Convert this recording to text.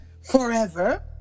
forever